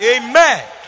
amen